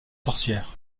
sorcière